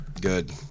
Good